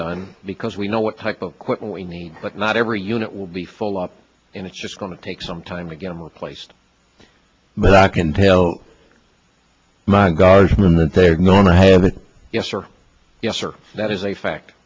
done because we know what type of equipment we need but not every unit will be full up and it's just going to take some time again with placed but i can tell my guardsmen that their normal yes sir yes sir that is a fact